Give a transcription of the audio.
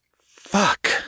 Fuck